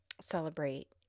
celebrate